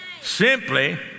simply